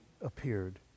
appeared